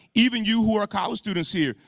even you who are college students here,